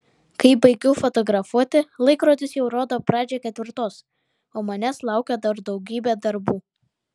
kai baigiu fotografuoti laikrodis jau rodo pradžią ketvirtos o manęs laukia dar daugybė darbų